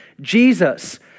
Jesus